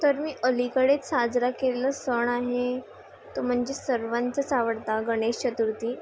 तर तर मी अलीकडेच साजरा केलेला सण आहे तो म्हणजे सर्वांचंच आवडता गणेश चतुर्थी